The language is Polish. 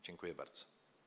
Dziękuję bardzo.